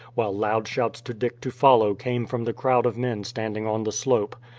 while loud shouts to dick to follow came from the crowd of men standing on the slope.